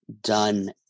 done